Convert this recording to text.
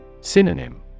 Synonym